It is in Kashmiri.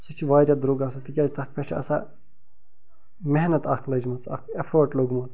سُہ چھِ واریاہ درٛۅگ آسان تِکیٛازِ تتھ پیٚٹھ چھِ آسان محنت اکھ لٔجمٕژ اَکھ ایٚفٲرٹ لوٚگمُت